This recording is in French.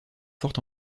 fort